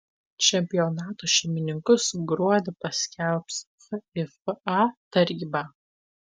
čempionato šeimininkus gruodį paskelbs fifa taryba